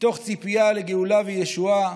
מתוך ציפייה לגאולה וישועה